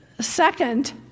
Second